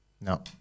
No